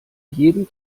jeden